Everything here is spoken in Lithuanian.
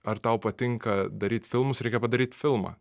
ar tau patinka daryt filmus reikia padaryt filmą